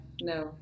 no